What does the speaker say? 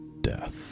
death